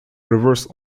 reversed